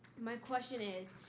my question is,